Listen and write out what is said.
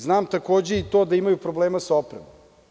Znam takođe i to da imaju problema sa opremom.